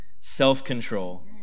self-control